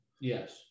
Yes